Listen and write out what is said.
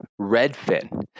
Redfin